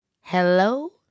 Hello